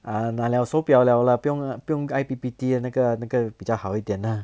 ah 拿了手表了 lah 不用不用 I_P_P_T 了那个那个比较好一点 lah